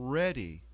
ready